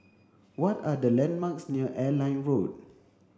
what are the landmarks near Airline Road